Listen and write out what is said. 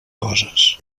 coses